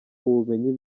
ubumenyi